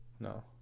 No